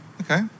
Okay